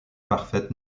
parfaite